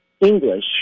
English